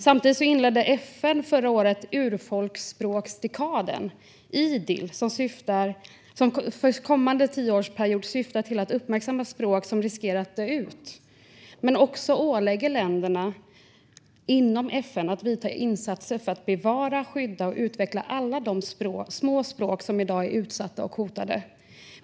Samtidigt inledde FN förra året Urfolksspråksdekaden, Idil, som för kommande tioårsperiod syftar till att uppmärksamma språk som riskerar att dö ut men också ålägger länderna inom FN att göra insatser för att bevara, skydda och utveckla alla de små språk som i dag är utsatta och hotade.